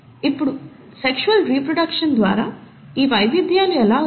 ఇప్పుడు sexual reproduction ద్వారా ఈ వైవిధ్యాలు ఎలా వచ్చాయి